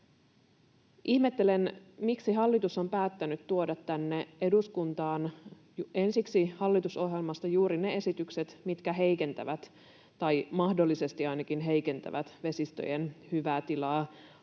Ihmettelen, miksi hallitus on päättänyt tuoda tänne eduskuntaan ensiksi hallitusohjelmasta juuri ne esitykset, mitkä heikentävät tai mahdollisesti ainakin heikentävät vesistöjen hyvää tilaa.